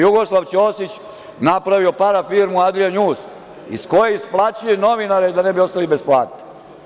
Jugoslav Ćosić je napravio parafirmu "Adria njuz" iz koje isplaćuje novinare da ne bi ostali bez plate.